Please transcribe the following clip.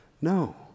No